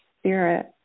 spirit